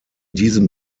diesem